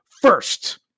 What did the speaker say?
First